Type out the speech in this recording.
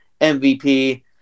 MVP